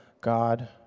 God